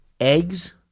eggs